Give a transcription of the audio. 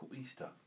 Easter